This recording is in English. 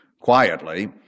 quietly